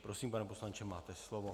Prosím, pane poslanče, máte slovo.